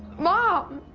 mom?